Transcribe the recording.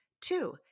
Two